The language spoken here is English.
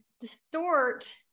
distort